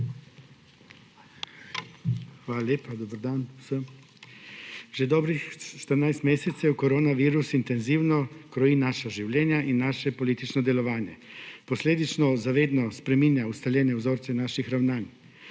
Hvala lepa. Dober dan vsem! Že dobrih štirinajst mesecev koronavirus intenzivno kroji naša življenja in naše politično delovanje, posledično za vedno spreminja ustaljene vzorce naših ravnanj.